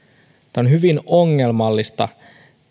on hyvin ongelmallista